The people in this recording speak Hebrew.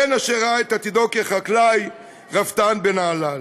בן אשר ראה את עתידו כחקלאי, רפתן בנהלל".